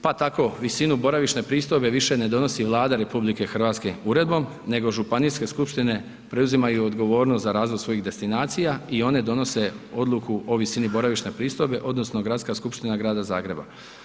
Pa tako visinu boravišne pristojbe više ne donosi Vlada RH uredbom, nego županijske skupštine preuzimaju odgovornost za razvoj svojih destinacija i one donose odluku o visini boravišne pristojbe odnosno Gradska skupština Grada Zagreba.